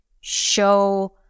show